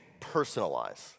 personalize